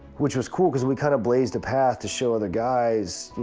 which was cool because we kind of blazed a path to show other guys, you